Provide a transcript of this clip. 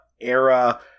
era